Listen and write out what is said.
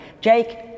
Jake